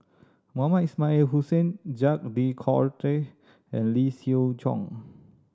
Mohamed Ismail Hussain Jacques De Coutre and Lee Siew Choh